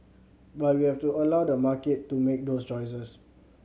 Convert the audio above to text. but we have to allow the market to make those choices